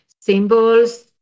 symbols